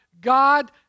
God